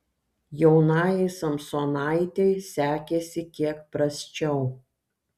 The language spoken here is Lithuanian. jaunajai samsonaitei sekėsi kiek prasčiau